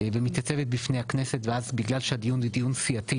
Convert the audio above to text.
ומתייצבת בפני הכנסת ואז בגלל שהדיון הוא דיון סיעתי